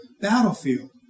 battlefield